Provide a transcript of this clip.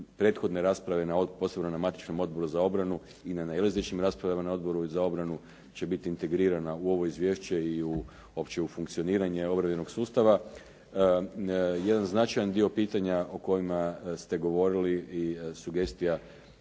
prethodne rasprave, posebno na matičnom Odboru za obranu i na nailazećim raspravama na Odboru za obranu će biti integrirana u ovo izvješće i uopće u funkcioniranje obrambenog sustava. Jedan značajan dio pitanja o kojima ste govorili i sugestija